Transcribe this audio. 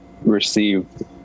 received